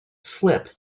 slip